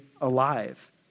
alive